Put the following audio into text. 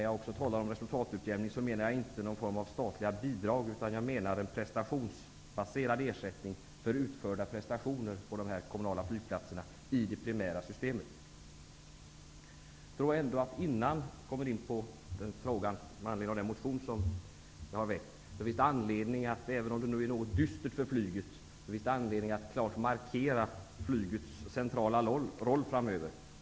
Jag talar inte om någon form av statliga bidrag utan en prestationsbaserad ersättning för utförda prestationer på dessa kommunala flygplatser i det primära systemet. Även om det nu ter sig något dystert för flyget, finns det anledning att klart markera flygets centrala roll framöver.